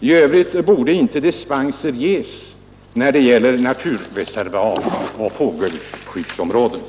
I övrigt borde inte dispenser ges i fråga om naturreservat och fågelskyddsområden.